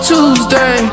Tuesday